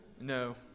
No